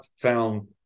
found